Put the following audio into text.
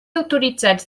autoritzats